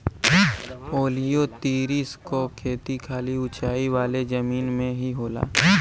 ओलियोतिरिस क खेती खाली ऊंचाई वाले जमीन में ही होला